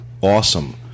awesome